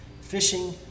fishing